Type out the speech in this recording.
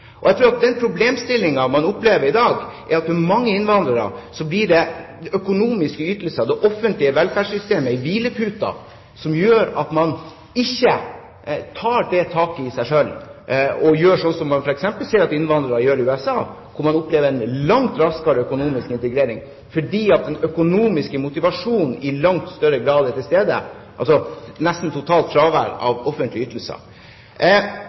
Jeg tror at den problemstillingen man opplever i dag, er at for mange innvandrere blir økonomiske ytelser, det offentlige velferdssystemet, en hvilepute som gjør at man ikke tar tak i seg selv og gjør slik som man f.eks. ser at innvandrere gjør i USA, hvor man opplever en langt raskere økonomisk integrering, fordi den økonomiske motivasjonen i langt større grad er til stede – det er nesten et totalt fravær av offentlige ytelser.